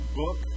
book